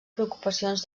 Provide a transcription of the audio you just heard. preocupacions